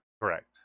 correct